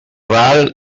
ral